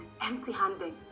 empty-handed